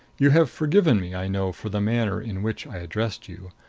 you have forgiven me, i know, for the manner in which i addressed you.